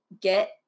get